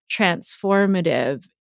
transformative